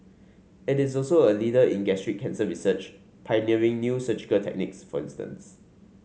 it is also a leader in gastric cancer research pioneering new surgical techniques for instance